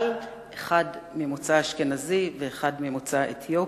אבל אחד ממוצא אשכנזי ואחד ממוצא אתיופי.